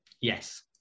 Yes